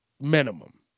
Minimum